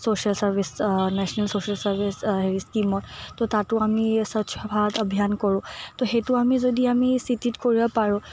social service national social service স্কিমত ত' তাতো আমি স্বচ্ছ ভাৰত অভিযান কৰোঁ ত' সেইটো আমি যদি আমি চিটিত কৰিব পাৰোঁ